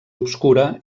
obscura